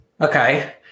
Okay